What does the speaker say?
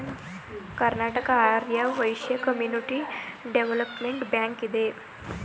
Karnataka Arya Vysya community development bank ಇದೆ